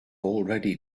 already